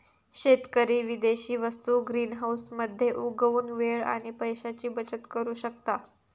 शेतकरी विदेशी वस्तु ग्रीनहाऊस मध्ये उगवुन वेळ आणि पैशाची बचत करु शकता